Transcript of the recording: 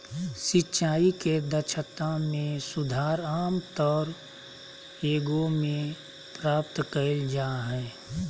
सिंचाई के दक्षता में सुधार आमतौर एगो में प्राप्त कइल जा हइ